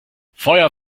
feuer